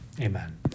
Amen